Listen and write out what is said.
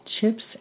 chips